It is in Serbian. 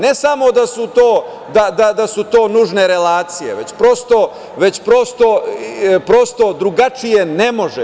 Ne samo da su to nužne relacije, već prosto drugačije ne može.